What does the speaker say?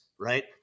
right